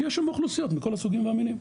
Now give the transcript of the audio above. כי יש שם אוכלוסיות מכל הסוגים והמינים.